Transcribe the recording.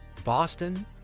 Boston